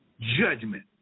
judgment